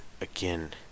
again